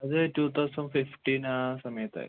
അത് two thousand fifteen ആ സമയത്തായിരുന്നു